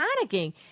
panicking